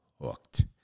hooked